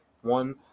one